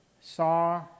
saw